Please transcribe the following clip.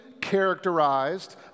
characterized